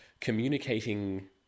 communicating